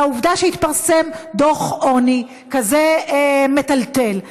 על העובדה שהתפרסם דוח עוני כזה מטלטל.